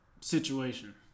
situation